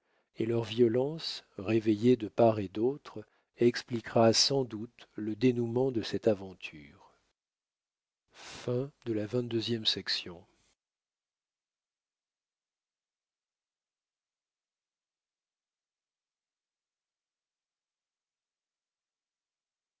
et leur violence réveillée de part et d'autre expliquera sans doute le dénoûment de cette aventure